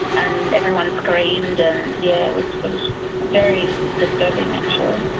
and everyone screamed and, yeah, it was was very disturbing actually.